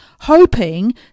hoping